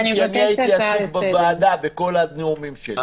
כי אני הייתי עסוק במליאה בכל הנאומים שלי.